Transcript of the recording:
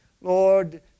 Lord